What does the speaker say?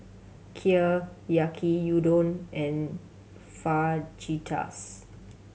Kheer Yaki Udon and Fajitas